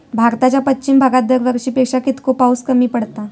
भारताच्या पश्चिम भागात दरवर्षी पेक्षा कीतको पाऊस कमी पडता?